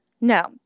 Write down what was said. No